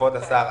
כבוד השר,